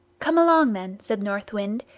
come along, then, said north wind,